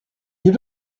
you